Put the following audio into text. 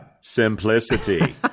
simplicity